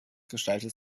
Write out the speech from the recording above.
gestaltet